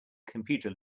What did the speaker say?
computer